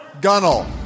Gunnel